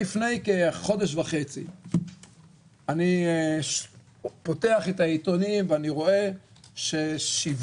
לפני כחודש וחצי אני פותח את העיתונים ואני רואה ששיווק